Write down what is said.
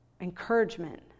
encouragement